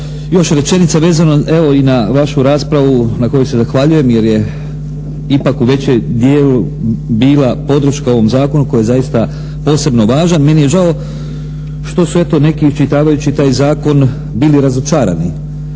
još rečenica vezano evo i na vašu raspravu na kojoj se zahvaljujem jer je ipak u većem dijelu bila podrška ovom zakonu koji je zaista posebno važan. Meni je žao što su neki eto iščitavajući taj zakon bili razočarani.